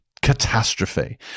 catastrophe